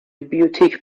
بیوتیک